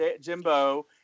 Jimbo